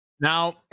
Now